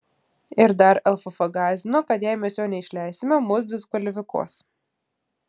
ir dar lff gąsdino kad jei mes jo neišleisime mus diskvalifikuos